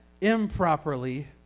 improperly